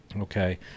Okay